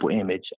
image